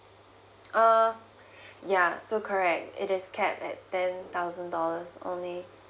uh yeah so correct it is cap at ten thousand dollars only